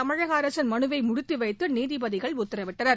தமிழக அரசின் மனுவை முடித்துவைத்து நீதிபதிகள் உத்தரவிட்டனர்